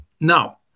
now